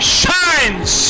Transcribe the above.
shines